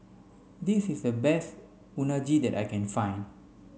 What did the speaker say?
this is the best Unagi that I can find